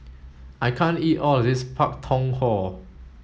I can't eat all of this Pak Thong Ko